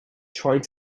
trying